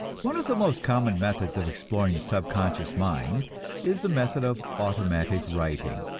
one of the most common methods of exploring the subconscious mind is the method of automatic writing.